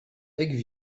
aigues